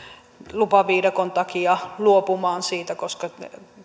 lupaviidakon takia luopumaan koska